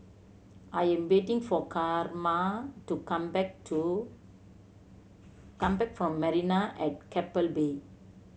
I am waiting for Carma to come back to come back from Marina at Keppel Bay